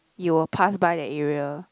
you will pass by that area